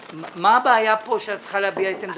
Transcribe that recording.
מה הבעיה פה שאת צריכה להביע את עמדתך?